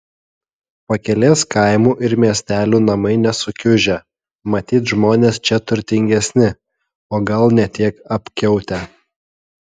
pakelės kaimų ir miestelių namai nesukiužę matyt žmonės čia turtingesni o gal ne tiek apkiautę